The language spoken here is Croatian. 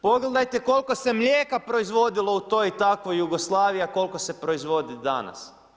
Pogledajte koliko se mlijeka proizvodilo u toj i takvoj Jugoslaviji a koliko se proizvodi danas.